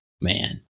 Man